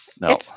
No